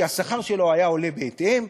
כי השכר שלו היה עולה בהתאם,